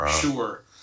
sure